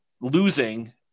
losing